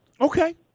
Okay